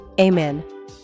Amen